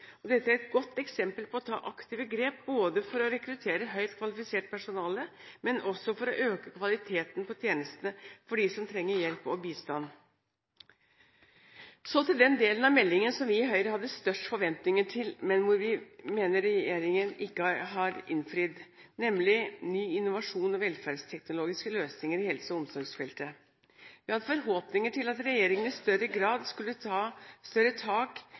sykehjem. Dette er et godt eksempel på å ta aktive grep både for å rekruttere høyt kvalifisert personale og for å øke kvaliteten på tjenestene for dem som trenger hjelp og bistand. Så til den delen av meldingen som vi i Høyre hadde størst forventninger til, men hvor vi mener regjeringen ikke har innfridd, nemlig den delen som gjelder ny innovasjon og velferdsteknologiske løsninger i helse- og omsorgsfeltet. Vi hadde forhåpninger til at regjeringen i større grad skulle ta tak